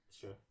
Sure